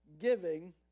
giving